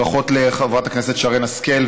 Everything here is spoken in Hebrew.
ברכות לחברת הכנסת שרן השכל,